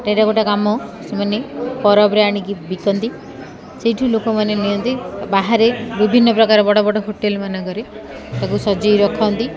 terracotta କାମ ସେମାନେ ପରବ୍ରେ ଆଣିକି ବିକନ୍ତି ସେଇଠୁ ଲୋକମାନେ ନିଅନ୍ତି ବାହାରେ ବିଭିନ୍ନପ୍ରକାର ବଡ଼ ବଡ଼ ହୋଟେଲ୍ମାନଙ୍କରେ ତାକୁ ସଜାଇ ରଖନ୍ତି